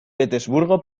petersburgo